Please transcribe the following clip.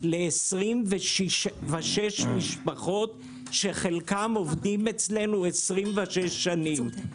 ל-26 משפחות שחלקם עובדים אצלנו 26 שנים.